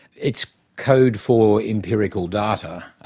it's code for empirical data.